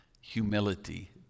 humility